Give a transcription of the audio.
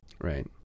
Right